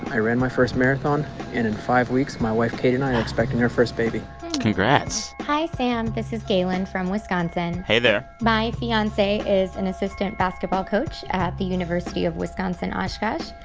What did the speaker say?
i ran my first marathon. and in five weeks, my wife, kate, and i are expecting our first baby congrats hi, sam. this is galen from wisconsin hey there my fiance is an assistant basketball coach at the university of wisconsin, oshkosh.